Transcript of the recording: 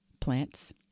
plants